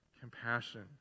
Compassion